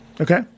Okay